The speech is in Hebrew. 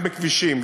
גם בכבישים,